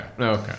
Okay